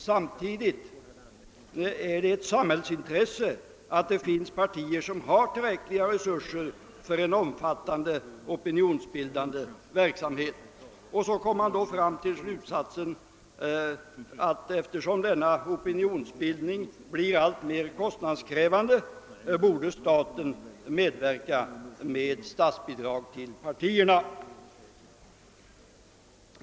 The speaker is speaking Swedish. Samtidigt är det ett samhällsintresse att det finns partier som har tillräckliga resurser för en omfattande opinionsbildande verksamhet. Så kom man då år 1965 till slutsatsen, att eftersom denna opinionsbildning blir alltmer kostnadskrävande borde staten medverka genom att ge statsbidrag till partierna.